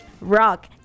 Rock